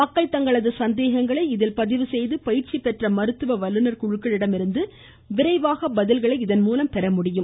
மக்கள் தங்களது சந்தேகங்களை இதில் பதிவு செய்து பயிற்சி பெற்ற மருத்துவ வல்லுநர் குழுக்களிடமிருந்து விரைவாக பதில்களை இதன்மூலம் பெறமுடியும்